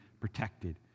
protected